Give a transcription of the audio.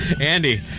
Andy